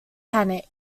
panic